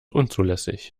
unzulässig